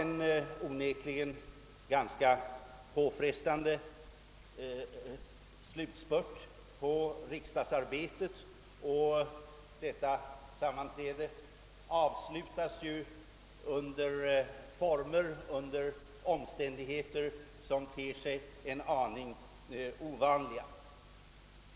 Slutspurten i riksdagsarbetet har onekligen varit påfrestande, och detta sammanträde avslutas under omständigheter som ter sig en aning ovanliga.